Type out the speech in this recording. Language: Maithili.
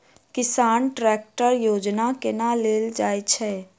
किसान ट्रैकटर योजना केना लेल जाय छै?